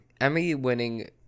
Emmy-winning